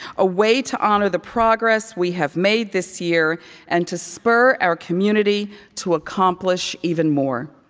a way to honor the progress we have made this year and to spur our community to accomplish even more.